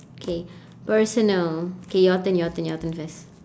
okay personal okay your turn your turn your turn first